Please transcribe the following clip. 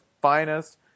finest